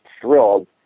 thrilled